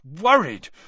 Worried